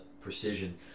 precision